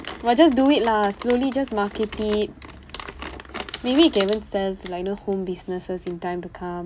but just do it lah slowly just market it maybe you can even sell to like you know home businesses in time to come